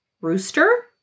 rooster